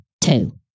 Two